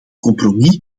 compromis